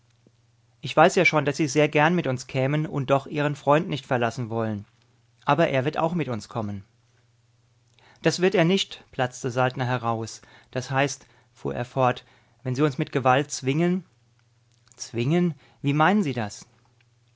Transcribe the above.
ich weiß ja schon daß sie sehr gern mit uns kämen und doch ihren freund nicht verlassen wollen aber er wird auch mit uns kommen das wird er nicht platzte saltner heraus das heißt fuhr er fort wenn sie uns mit gewalt zwingen zwingen wie meinen sie das